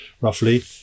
roughly